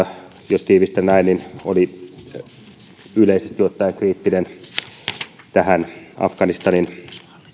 jos tiivistän näin yleisesti ottaen kriittinen tähän afganistanin